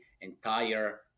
entire